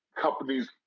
companies